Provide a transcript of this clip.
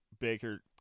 baker